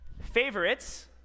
favorites